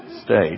state